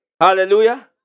hallelujah